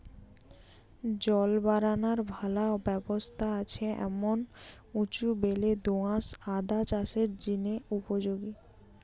জল বারানার ভালা ব্যবস্থা আছে এমন উঁচু বেলে দো আঁশ আদা চাষের জিনে উপযোগী